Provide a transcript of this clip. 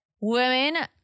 women